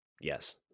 Yes